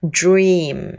dream